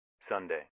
Sunday